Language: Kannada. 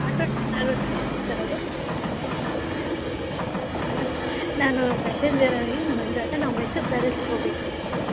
ಆಟೋ ಡ್ರೈವರ ಮಾತಾಡೋದು ನಾನು ನಾನು ಪ್ಯಾಸೆಂಜರಾಯಿ ಮಂಜ ಅಂತ ನಾವು ಮೈಸೂರು ಪ್ಯಾಲೇಸಿಗೆ ಹೋಗ್ಬೇಕಾಗಿತ್ತು